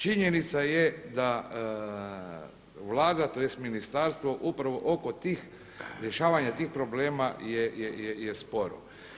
Činjenica je da Vlada, tj. ministarstvo upravo oko rješavanja tih problema je sporo.